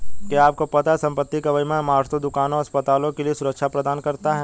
क्या आपको पता है संपत्ति का बीमा इमारतों, दुकानों, अस्पतालों के लिए सुरक्षा प्रदान करता है?